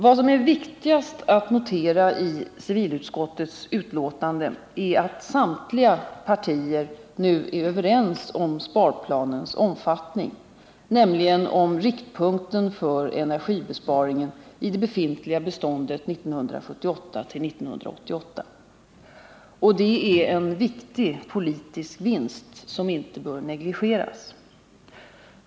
Vad som är viktigast att notera i civilutskottets betänkande är att samtliga partier nu är överens om sparplanens omfattning, nämligen om riktpunkten för energibesparingen i det befintliga beståndet 1978-1988. Det är en viktig politisk vinst, som inte bör negligeras.